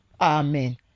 Amen